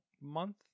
month